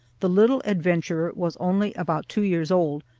the little adventurer was only about two years old,